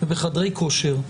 ובחדרי כושר,